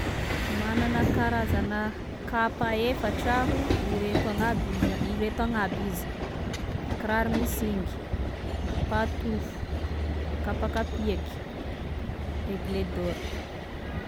Manana karazana kapa efatra aho, ireto agnaby izy a, ireto agnaby izy: kiraro misingy, patofo, kapa kapiaky, aigle d'or.